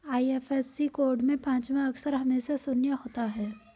IFSC code में पांचवा अक्षर हमेशा शून्य होता है